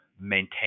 maintain